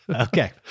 Okay